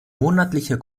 monatlicher